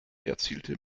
erzielte